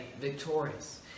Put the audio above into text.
victorious